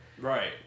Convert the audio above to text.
Right